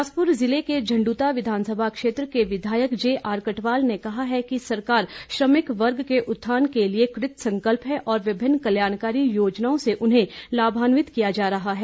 बिलासपुर जिले के झंडुता विघानसभा क्षेत्र के विघायक जेआर कटवाल ने कहा है कि सरकार श्रमिक वर्ग के उत्थान के लिए कृतसंकल्प है और विभिन्न कल्याणकारी योजनाओं से उन्हें लाभान्वित किया जा रहा है